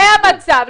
זה המצב.